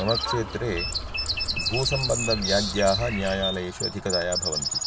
मम क्षेत्रे भूसम्बन्धव्याज्याः न्यायालयेषु अधिकतया भवन्ति